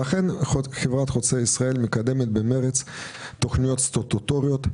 אכן חברת חוצה ישראל מקדמת במרץ תכניות סטטוטוריות,